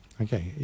okay